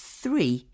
three